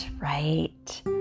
right